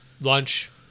lunch